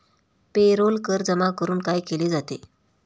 Payroll कर जमा करून काय केले जाते?